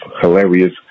hilarious